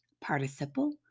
participle